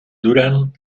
duran